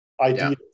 ideas